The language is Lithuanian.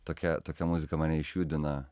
tokia tokia muzika mane išjudina